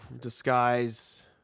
disguise